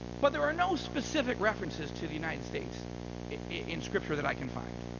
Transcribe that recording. but there are no specific references to the united states in scripture that i can find.